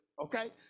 Okay